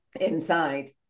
inside